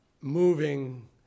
moving